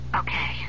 okay